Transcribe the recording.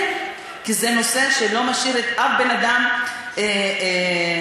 כן, כי זה נושא שלא משאיר אף בן-אדם, אדיש.